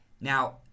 Now